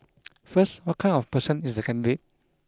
first what kind of person is the candidate